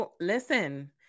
listen